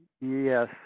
Yes